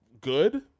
good